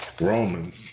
Romans